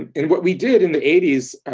um and what we did in the eighty s,